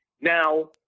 Now